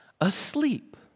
asleep